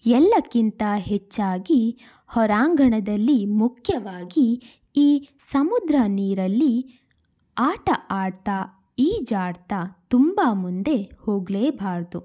ಎಲ್ಲಕ್ಕಿಂತ ಹೆಚ್ಚಾಗಿ ಹೊರಾಂಗಣದಲ್ಲಿ ಮುಖ್ಯವಾಗಿ ಈ ಸಮುದ್ರ ನೀರಲ್ಲಿ ಆಟ ಆಡ್ತಾ ಈಜಾಡ್ತಾ ತುಂಬ ಮುಂದೆ ಹೋಗಲೇಬಾರದು